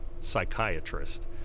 psychiatrist